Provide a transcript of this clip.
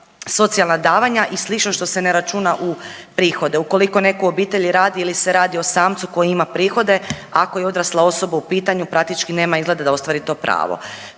socijalna davanja i slično, što se ne računa u prihode. Ukoliko netko u obitelji radi ili se radi o samcu koji ima prihode, ako je odrasla osoba u pitanju, praktički nema izgleda da ostvari to pravo.